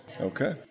Okay